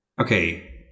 okay